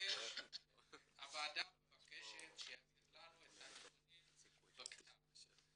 הוועדה מבקשת שתעבירו לנו את הנתונים בכתב.